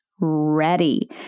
ready